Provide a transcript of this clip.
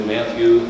Matthew